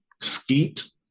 skeet